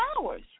hours